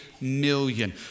million